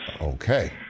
okay